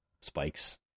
spikes